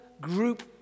group